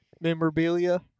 memorabilia